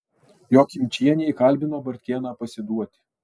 jokimčienė įkalbino bartkėną pasiduoti